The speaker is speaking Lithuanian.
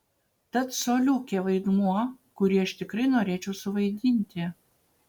tad coliukė vaidmuo kurį aš tikrai norėčiau suvaidinti